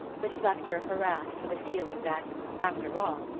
which left her harassed with a feeling that, after all,